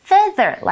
Feather